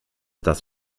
das